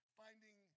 finding